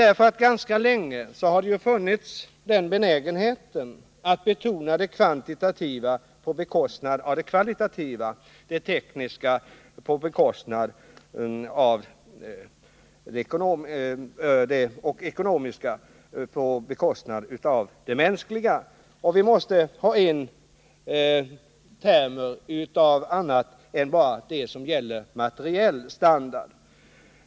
Ganska länge har man varit benägen att betona det kvantitativa på bekostnad av det kvalitativa samt det tekniska och ekonomiska på bekostnad av det mänskliga. Vi måste få in annat än sådant som bara gäller materiell standard.